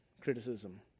criticism